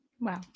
Wow